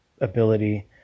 ability